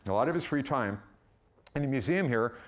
a lot of his free time in the museum here,